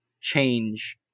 change